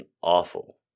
awful